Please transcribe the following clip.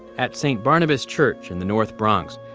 at saint barnabas church in the north bronx,